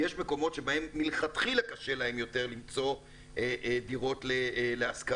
יש מקומות שבהם מלכתחילה קשה להם יותר למצוא דירות להשכרה.